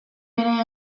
ere